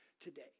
today